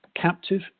captive